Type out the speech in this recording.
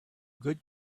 good